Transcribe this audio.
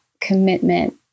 commitment